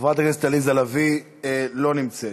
חברת הכנסת עליזה לביא, לא נמצאת.